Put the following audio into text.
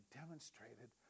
demonstrated